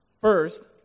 First